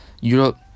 Europe